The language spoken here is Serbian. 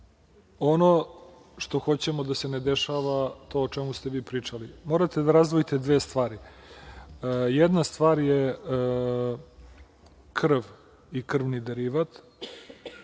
ono što hoćemo da se ne dešava, to o čemu ste vi pričali. Morate da razdvojite dve stvari. Jedna stvar je krv i krvni derivat,